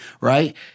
right